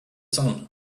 sun